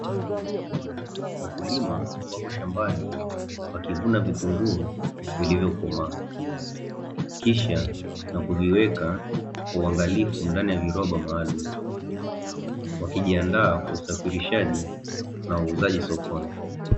Wakulima wako shambani wakivuna vitunguu vilivyokomaa, kisha na kuviweka uangalifu ndani ya virobo maalumu, wakijiandaa kwa usafirishaji na uuzaji sokoni.